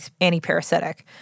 anti-parasitic